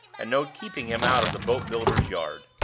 and no keeping him out of the boat-builder's yard.